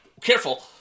careful